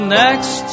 next